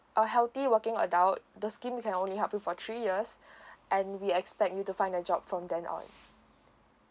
a healthy working adult the scheme you can only help you for three years and we expect you to find a job from then on